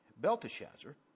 Belteshazzar